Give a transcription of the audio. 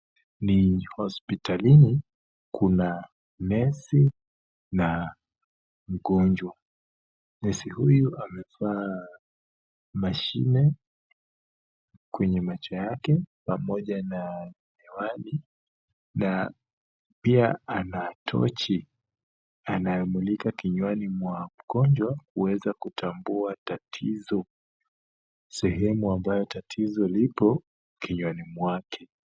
Ni hospitalini, kuna nesi na mgonjwa, nesi huyu amevaa mashine kwenye macho yake pamoja na miwani, na pia ana tochi anayomlika kinywani mwa mgonjwa kuweza kutambua tatizo, sehemu ambayo tatizo liko kinywani mwake.